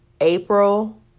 April